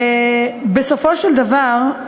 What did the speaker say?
בסופו של דבר,